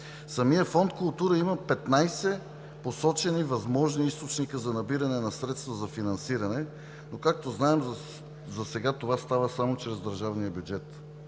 Самият Фонд „Култура“ има 15 посочени възможни източника за набиране на средства за финансиране, но както знаем, засега това става само чрез държавния бюджет.